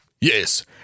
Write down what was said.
Yes